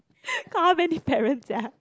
got how many parent sia